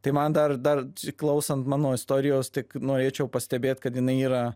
tai man dar dar klausant mano istorijos tik norėčiau pastebėt kad jinai yra